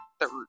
third